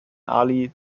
ali